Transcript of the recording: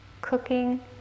cooking